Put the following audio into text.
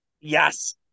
Yes